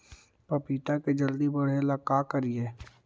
पपिता के जल्दी बढ़े ल का करिअई?